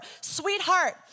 sweetheart